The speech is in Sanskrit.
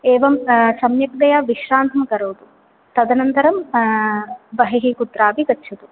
एवं सम्यक्तया विश्रान्तिं करोतु तदनन्तरं बहिः कुत्रापि गच्छतु